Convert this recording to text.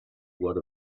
what